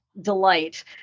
Delight